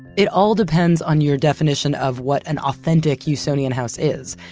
it all depends on your definition of what an authentic usonian house is.